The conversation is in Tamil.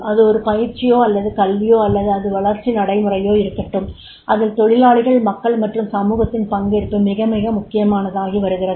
அது ஒரு பயிற்சியோ அல்லது கல்வியோ அல்லது அது வளர்ச்சி நடைமுறையோ இருக்கட்டும் அதில் தொழிலாளிகள் மக்கள் மற்றும் சமூகத்தின் பங்கேற்பு மிக மிக முக்கியமானதாகி வருகிறது